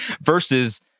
versus